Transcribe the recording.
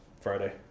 Friday